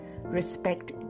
respect